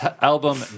album